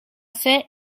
faits